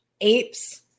apes